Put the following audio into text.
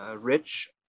Rich